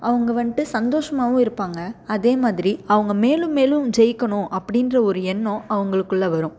அவங்க வந்துட்டு சந்தோஷமாகவும் இருப்பாங்க அதே மாதிரி அவங்க மேலும் மேலும் ஜெயிக்கணும் அப்படின்ற ஒரு எண்ணம் அவங்களுக்குள்ள வரும்